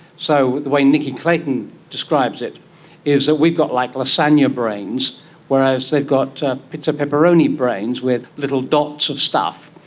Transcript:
so the way nicky clayton describes it is that we've got like lasagne brains whereas they've got pizza pepperoni brains with little dots of stuff.